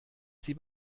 sie